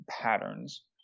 patterns